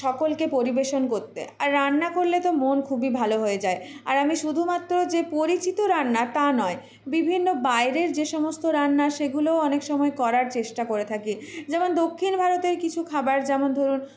সকলকে পরিবেশন করতে আর রান্না করলে তো মন খুবই ভালো হয়ে যায় আর আমি শুধুমাত্র যে পরিচিত রান্না তা নয় বিভিন্ন বাইরের যে সমস্ত রান্না সেগুলোও অনেক সময় করার চেষ্টা করে থাকি যেমন দক্ষিণ ভারতের কিছু খাবার যেমন ধরুন